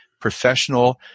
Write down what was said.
professional